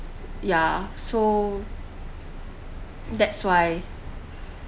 yeah so that's why